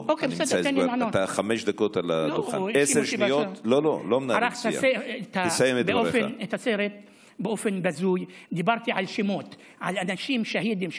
לכבוד השר אמסלם, שאלת שאלה על נאום השהידים,